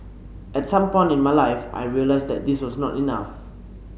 at some point in my life I realised that this was not enough